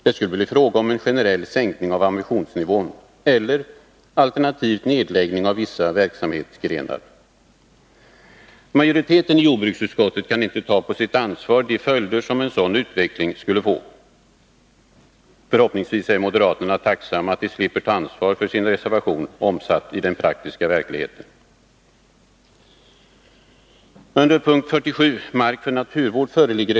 Det skulle bli fråga om en generell sänkning av ambitionsnivån eller, alternativt, nedläggning av viss verksamhetsgren. Majoriteten i jordbruksutskottet kan inte ta på sitt ansvar de följder som en Nr 107 sådan utveckling skulle få. Förhoppningsvis är moderaterna tacksamma över Torsdagen den att de slipper ta ansvar för sin reservation omsatt i den praktiska 25 mars 1982 verkligheten.